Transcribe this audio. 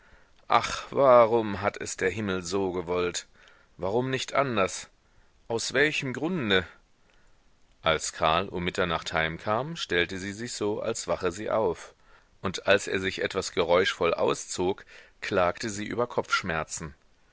ach warum hat es der himmel so gewollt warum nicht anders aus welchem grunde als karl um mitternacht heimkam stellte sie sich so als wache sie auf und als er sich etwas geräuschvoll auszog klagte sie über kopfschmerzen